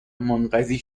منقضی